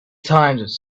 times